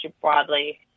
broadly